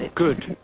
Good